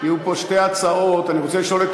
היו פה שתי הצעות, ואני רוצה לשאול את